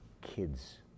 kids